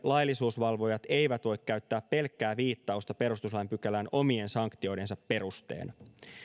laillisuusvalvojat eivät voi käyttää pelkkää viittausta perustuslain pykälään omien sanktioidensa perusteena